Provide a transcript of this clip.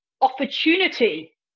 opportunity